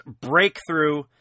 Breakthrough